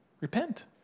Repent